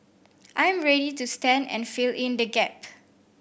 I'm ready to stand and fill in the gap